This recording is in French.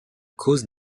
cause